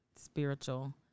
spiritual